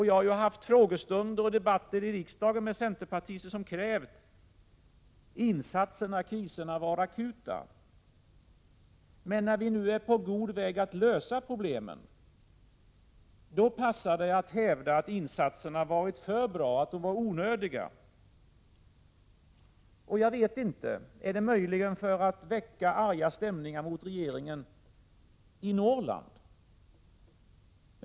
Jag har haft frågestunder och debatter här i riksdagen med centerpartister som krävt insatser när kriserna har varit akuta. Men när vi nu är på god väg att lösa problemen, då passar det att hävda att insatserna har varit för bra och varit onödiga. Är detta möjligen för att väcka arga stämningar mot regeringen i Norrland?